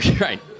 Right